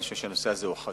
אני חושב שהנושא הזה חשוב,